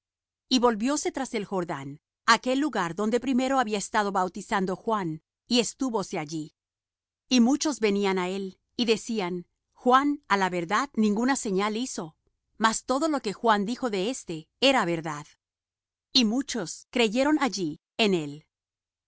y volvióse tras el jordán á aquel lugar donde primero había estado bautizando juan y estúvose allí y muchos venían á él y decían juan á la verdad ninguna señal hizo mas todo lo que juan dijo de éste era verdad y muchos creyeron allí en él